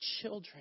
children